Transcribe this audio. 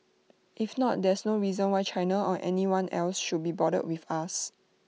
if not there's no reason why China or anyone else should be bothered with us